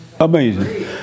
Amazing